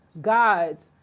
gods